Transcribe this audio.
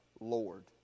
Lord